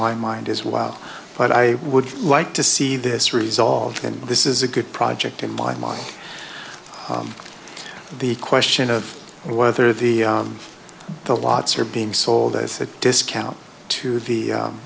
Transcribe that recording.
my mind is wow but i would like to see this resolved and this is a good project in my mind the question of whether the the lots are being sold a said discount to the